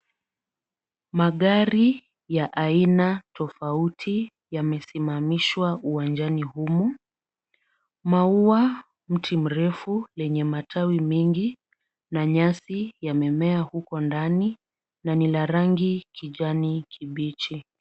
Magari ya aina tofauti yamesimamishwa uwanjani humu. Maua, mti mrefu wenye matawi mengi na nyasi yamemea huko ndani na ni la rangi ya kijani kibichi.